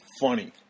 funny